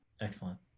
Excellent